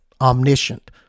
omniscient